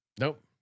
Nope